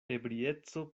ebrieco